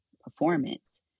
performance